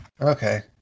Okay